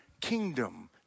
kingdom